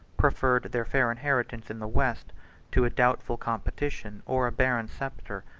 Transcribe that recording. preferred their fair inheritance in the west to a doubtful competition or a barren sceptre.